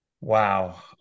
wow